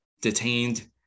detained